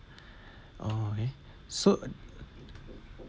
okay so